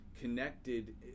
connected